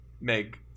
Meg